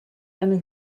eine